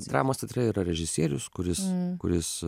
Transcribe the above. dramos teatre yra režisierius kuris kuris